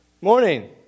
Morning